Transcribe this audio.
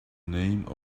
name